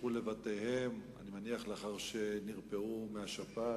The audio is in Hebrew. נשלחו לבתיהם, אני מניח, לאחר שנרפאו מהשפעת,